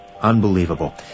Unbelievable